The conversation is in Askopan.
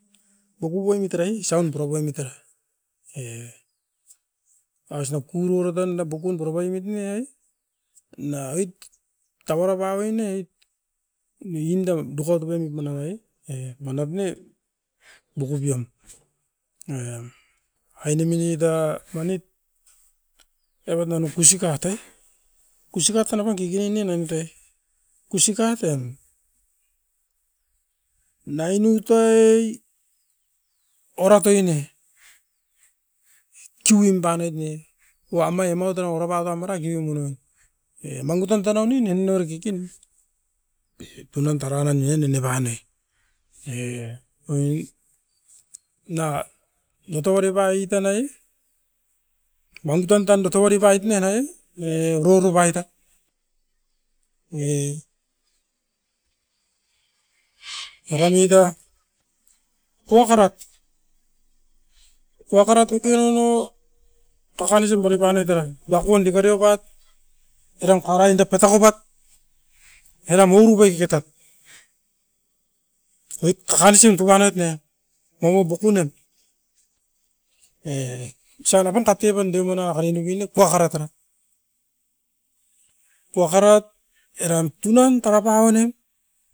Boku poimit erai saun pura poimit era, e aus na kurora tan na bokun pura poimit ne ai? Na oit tauara pau oi ne oit nu inda dukaut bainit mana bai, e manap ne bokubian. E ainemin nuit a manit evat nano kusikat oi. Kusikat tana pan kikini ni aintoi, kusikaten. Nainut ai, oira toi ne tsuim banoit ne wamai amaut tana orapat au mara givim u noin, e mangutan tono nin emuno rikikin pe tunan tara nan ni en nini banoi. E oin na dotovari pa i tanai mangutan tan dotovari pait ne nai, e urorubait a, e era muit ta tua karat. Tu akarat uti nano tua karisim borip panoit era, duakon dikari oupat eran kuarain da petauvat eram ourube kiketat, oit kakarisim tu panoit ne maua bokunem. E osau na pun takepan deuman na akari nuvin ne kua kara tara, kua karaut eram tunan tana pau ounim,